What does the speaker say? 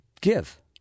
give